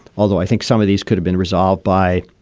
although i think some of these could have been resolved by